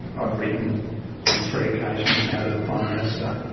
i've written on three occasions now to the prime minister.